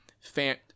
fan